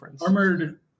Armored